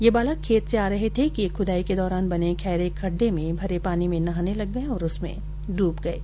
ये बालक खेत से आ रहे थे कि एक खुदाई के दौरान बने गहरे खड्डे में भरे पानी में नहाने लग गये और उसमें डूब गये